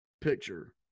picture